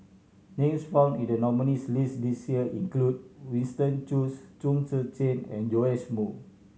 names found in the nominees' list this year include Winston Choos Chong Tze Chien and Joash Moo